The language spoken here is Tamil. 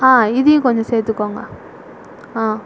ஆ இதையும் கொஞ்சம் சேர்த்துக்கோங்க ஆ